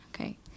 Okay